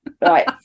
Right